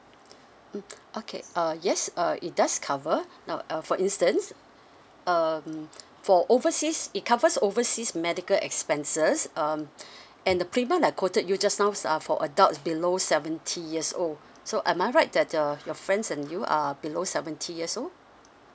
mm okay uh yes uh it does cover now uh for instance um for overseas it covers overseas medical expenses um and the premium that I quoted you just now is uh for adult below seventy years old so am I right that uh your friends and you are below seventy years old